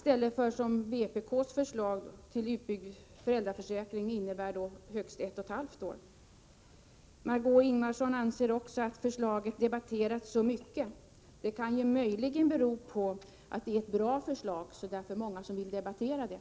Vpk:s förslag till utbyggd föräldraförsäkring innebär högst 1,5 år. Margö Ingvardsson anser också att förslaget har debatterats så mycket. Det kan möjligen bero på att det är ett så bra förslag, att många vill debattera det.